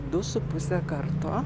du su puse karto